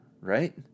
right